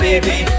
Baby